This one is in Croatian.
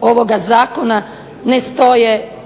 ovoga zakona ne stoje